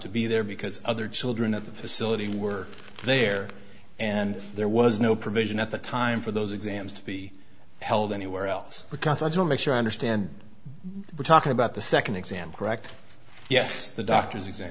to be there because other children at the facility were there and there was no provision at the time for those exams to be held anywhere else because i will make sure i understand we're talking about the second example act yes the doctor's exam